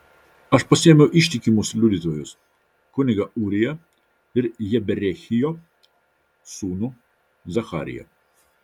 aš pasiėmiau ištikimus liudytojus kunigą ūriją ir jeberechijo sūnų zachariją